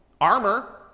armor